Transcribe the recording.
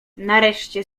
nareszcie